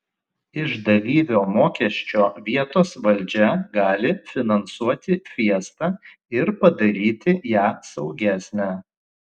iš dalyvio mokesčio vietos valdžia gali finansuoti fiestą ir padaryti ją saugesnę